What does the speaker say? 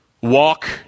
Walk